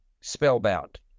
spellbound